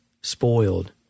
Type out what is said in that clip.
spoiled